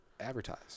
advertise